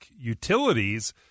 utilities